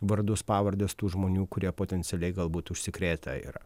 vardus pavardes tų žmonių kurie potencialiai galbūt užsikrėtę ir